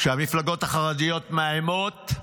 המפלגות החרדיות מאיימות,